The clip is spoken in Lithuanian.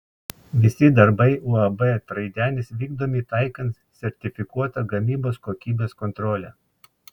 visi darbai uab traidenis vykdomi taikant sertifikuotą gamybos kokybės kontrolę